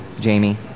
Jamie